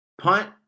Punt